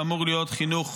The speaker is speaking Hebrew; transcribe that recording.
שאמור להיות חינוך,